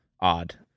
odd